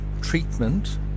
treatment